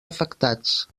afectats